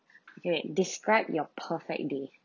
okay describe your perfect day